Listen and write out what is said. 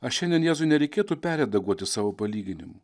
ar šiandien jėzui nereikėtų perredaguoti savo palyginimų